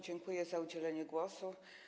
Dziękuję za udzielenie głosu.